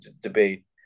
debate